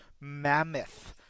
mammoth